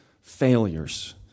failures